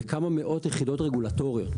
בכמה מאוד יחידות רגולטוריות.